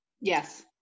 Yes